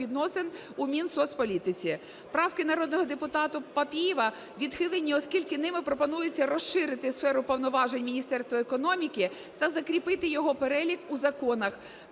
у Мінсоцполітиці. Правки народного депутата Папієва відхилені, оскільки ними пропонується розширити сферу повноважень Міністерства економіки та закріпити його перелік у законах.